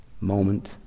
moment